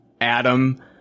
adam